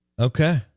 Okay